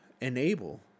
enable